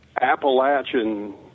Appalachian